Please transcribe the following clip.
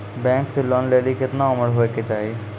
Bank से loan लेली केतना उम्र होय केचाही?